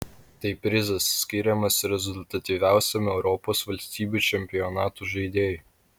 tai prizas skiriamas rezultatyviausiam europos valstybių čempionatų žaidėjui